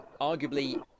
arguably